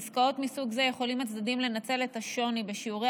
בעסקאות מסוג זה יכולים הצדדים לנצל את השוני בשיעורי